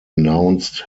announced